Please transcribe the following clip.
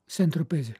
sen tropeze